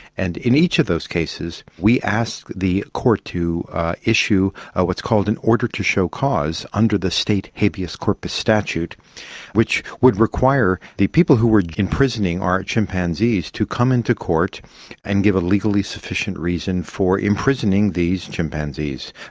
and in each of those cases we asked the court to issue ah what is called an order to show cause under the state habeas corpus statute which would require the people who were imprisoning our chimpanzees to come into court and give a legally sufficient reason for imprisoning these chimpanzees.